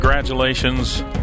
Congratulations